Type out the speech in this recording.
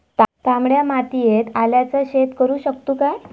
तामड्या मातयेत आल्याचा शेत करु शकतू काय?